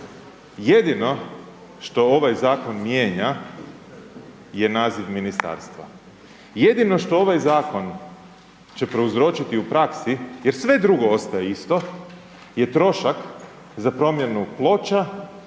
Jedino što ovaj zakon mijenja je naziv ministarstva. Jedino što ovaj zakon će prouzročiti u praksi, jer sve drugo ostaje isto, je trošak za promjenu ploča,